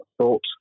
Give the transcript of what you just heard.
thought